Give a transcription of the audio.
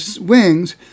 wings